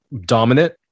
dominant